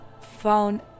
found